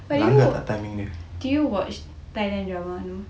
but you do you watch thailand drama no